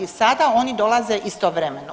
Sada oni dolaze istovremeno.